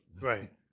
Right